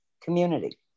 community